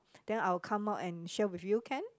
then I will come out and share with you can